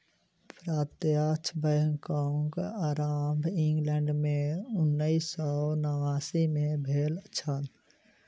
प्रत्यक्ष बैंकक आरम्भ इंग्लैंड मे उन्नैस सौ नवासी मे भेल छल